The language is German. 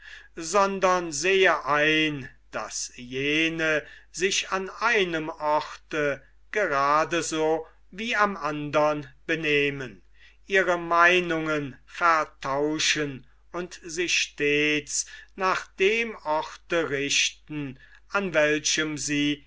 sondern sehe ein daß jene sich an einem orte grade so wie am andern benehmen ihre meinungen vertauschen und sich stets nach dem orte richten an welchem sie